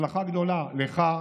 הצלחה גדולה לך,